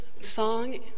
song